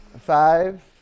Five